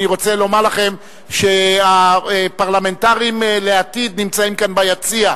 אני רוצה לומר לכם שהפרלמנטרים לעתיד נמצאים כאן ביציע,